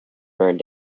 burned